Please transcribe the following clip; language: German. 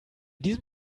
diesem